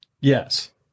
Yes